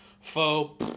foe